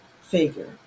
figure